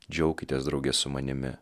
džiaukitės drauge su manimi